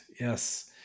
yes